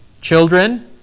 Children